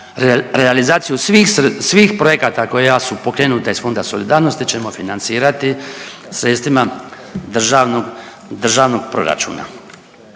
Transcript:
svih sre… svih projekata koja su pokrenuta iz Fonda solidarnosti ćemo financirati sredstvima državnog, državnog